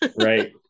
right